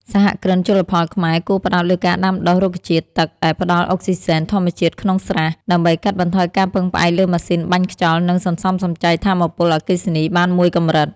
សហគ្រិនជលផលខ្មែរគួរផ្តោតលើការដាំដុះរុក្ខជាតិទឹកដែលផ្ដល់អុកស៊ីហ្សែនធម្មជាតិក្នុងស្រះ ដើម្បីកាត់បន្ថយការពឹងផ្អែកលើម៉ាស៊ីនបាញ់ខ្យល់ និងសន្សំសំចៃថាមពលអគ្គិសនីបានមួយកម្រិត។